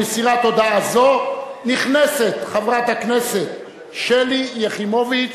עם מסירת הודעה זו נכנסת חברת הכנסת שלי יחימוביץ